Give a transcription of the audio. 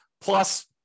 Plus